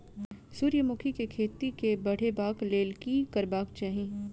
सूर्यमुखी केँ खेती केँ बढ़ेबाक लेल की करबाक चाहि?